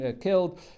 killed